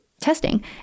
testing